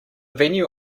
venue